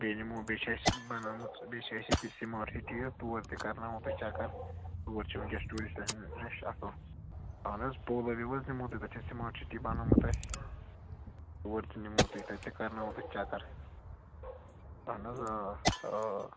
بیٚیہِ نِمَو بیٚیہِ چھِ اسہِ بنٲومٕژ بیٚیہِ چھِ اسہِ ییٚتہِ سٕماٹ سِٹی اکھ تور تہِ کرناوَو تۄہہِ چَکر تور چھِ ؤنۍ کیٚس ٹوٗرِسٹن ہٕنٛدۍ رَش اصل اَہن حظ پولو وِو حظ نِمَو تُہۍ تَتہِ چھِ سٕماٹ سِٹی بنٲومٕژ اسہِ تور تہِ نِمَو تُہۍ تَتہِ تہِ کرناوَو تۄہہِ چَکر اہَن حظ آ آ